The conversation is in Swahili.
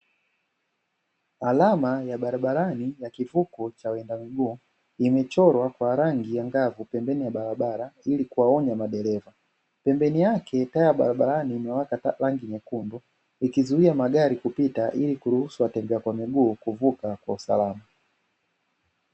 Alama ya barabarani ya kivuko cha waenda kwa miguu, imechorwa kwa rangi nyeupe pembeni ya barabara, ili kuwaonya madereva, pembeni yake taa barabarani imewaka rangi nyekundu ikizuia magari kupita ili kuruhusu wateja kwa miguu kuvuka kwa usalama.